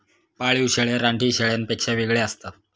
पाळीव शेळ्या रानटी शेळ्यांपेक्षा वेगळ्या असतात